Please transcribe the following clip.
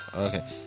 Okay